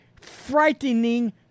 frightening